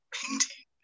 painting